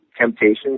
Temptations